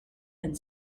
and